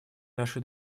наши